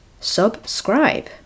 subscribe